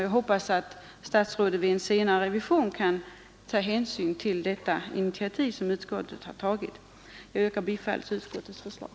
Jag hoppas att statsrådet i en senare revision kan ta hänsyn till det initiativ som utskottet har tagit. Jag yrkar bifall till utskottets förslag.